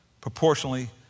proportionally